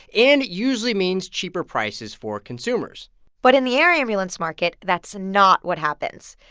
and it usually means cheaper prices for consumers but in the air ambulance market, that's not what happens.